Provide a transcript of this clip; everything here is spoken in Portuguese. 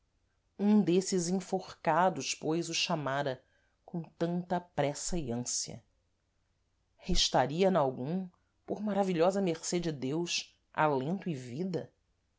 um dêsses enforcados pois o chamara com tanta pressa e ânsia restaria nalguns por maravilhosa mercê de deus alento e vida